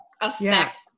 affects